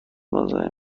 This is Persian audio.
مزاحم